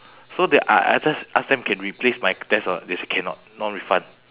so then I I just ask them can replace my test or not they say cannot no refund